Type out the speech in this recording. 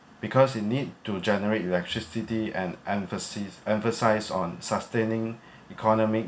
because you need to generate electricity and emphasis emphasize on sustaining economic